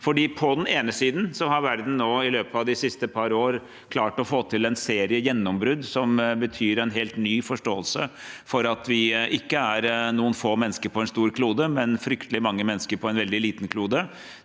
På den ene siden har verden i løpet av de siste par år klart å få til en serie gjennombrudd som betyr en helt ny forståelse for at vi ikke er noen få mennesker på en stor klode, men fryktelig mange mennesker på en veldig liten klode.